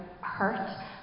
hurt